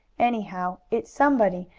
anyhow, it's somebody,